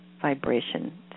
vibration